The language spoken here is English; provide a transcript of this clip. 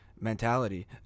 Mentality